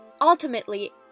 Ultimately